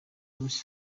luís